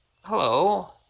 hello